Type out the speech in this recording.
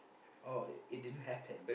oh it didn't happen